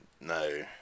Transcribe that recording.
No